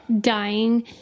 dying